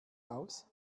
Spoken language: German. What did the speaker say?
aus